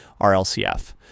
RLCF